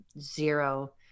zero